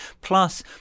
Plus